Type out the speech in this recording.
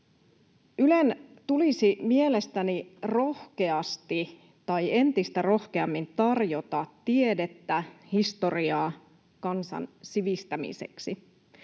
Ylen tulisi mielestäni rohkeasti tai entistä rohkeammin tarjota tiedettä, historiaa, kansan sivistämiseksi.